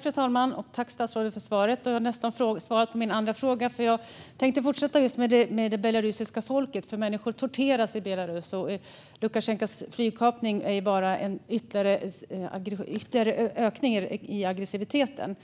Fru talman! Tack, statsrådet, för svaret! Det var nästan svaret på min andra fråga, för jag tänkte fortsätta med just det belarusiska folket. Människor torteras i Belarus, och Lukasjenkos flygkapning är bara en ytterligare ökning av aggressiviteten.